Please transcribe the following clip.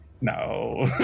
No